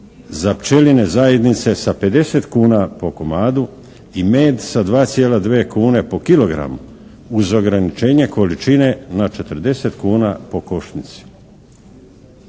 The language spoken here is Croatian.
za pčelinje zajednice sa 50 kuna po komadu i med sa 2,2 kune po kilogramu uz ograničenje količine na 40 kuna po košnici.